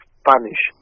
spanish